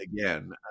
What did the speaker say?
again